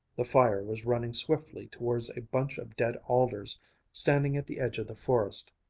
the fire was running swiftly towards a bunch of dead alders standing at the edge of the forest.